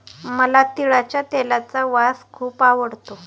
मला तिळाच्या तेलाचा वास खूप आवडतो